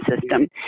system